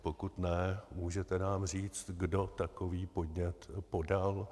Pokud ne, můžete nám říci, kdo takový podnět podal?